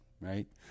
right